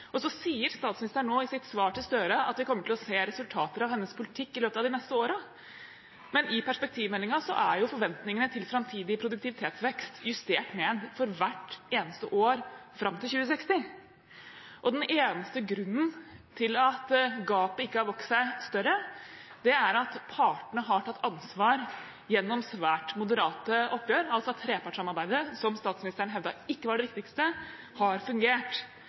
sier statsministeren i sitt svar til Gahr Støre at vi kommer til å se resultater av hennes politikk de neste årene. Men i perspektivmeldingen er forventningene til framtidig produktivitetsvekst justert ned for hvert eneste år fram til 2060. Den eneste grunnen til at gapet ikke har vokst seg større, er at partene har tatt ansvar gjennom svært moderate oppgjør, altså at trepartssamarbeidet, som statsministeren hevdet ikke var det viktigste, har fungert.